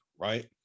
right